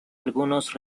algunos